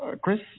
Chris